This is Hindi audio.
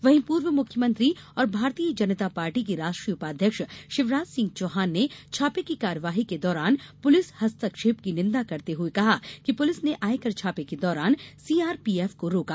वहीं पूर्व मुख्यमंत्री और भारतीय जनता पार्टी के राष्ट्रीय उपाध्यक्ष शिवराज सिंह चौहान ने छापे की कार्यवाही के दौरान पुलिस हस्तक्षेप की निंदा करते हुए कहा कि पुलिस ने आयकर छापे के दौरान सीआरपीएफ को रोका